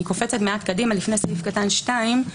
אני קופצת מעט קדימה, לפני סעיף קטן (2).